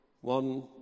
one